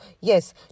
yes